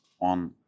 on